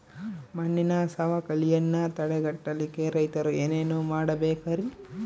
ಮಣ್ಣಿನ ಸವಕಳಿಯನ್ನ ತಡೆಗಟ್ಟಲಿಕ್ಕೆ ರೈತರು ಏನೇನು ಮಾಡಬೇಕರಿ?